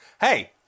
Hey